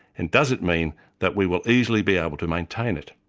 and does it mean that we will easily be able to maintain it?